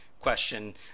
question